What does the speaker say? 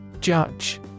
Judge